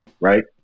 right